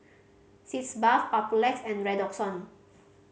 Sitz Bath Papulex and Redoxon